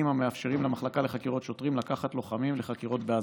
המאפשרים למחלקה לחקירות שוטרים לקחת לוחמים לחקירות באזהרה.